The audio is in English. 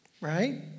Right